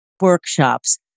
workshops